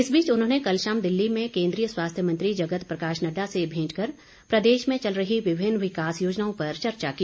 इस बीच उन्होंने कल शाम दिल्ली में केन्द्रीय स्वास्थ्य मंत्री जगत प्रकाश नड्डा से भेंट कर प्रदेश में चल रही विभिन्न विकास योजनाओं पर चर्चा की